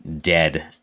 dead